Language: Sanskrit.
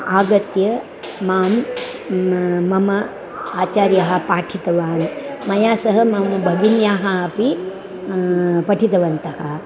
आगत्य माम् मम आचार्यः पाठितवान् मया सह मम भगिन्याः अपि पाठितवन्तः